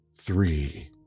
three